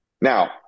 now